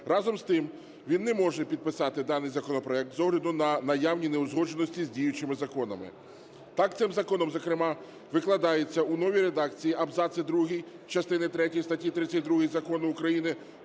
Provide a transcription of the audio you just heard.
Разом з тим він не може підписати даний законопроект з огляду на наявні неузгодженості з діючими законами. Так, цим законом зокрема викладається у новій редакції абзац другий частини третьої статті 32 Закону України